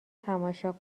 تماشا